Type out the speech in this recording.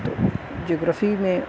تو جگرفی میں